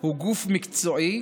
הוא גוף מקצועי,